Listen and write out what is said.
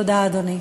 תודה, אדוני.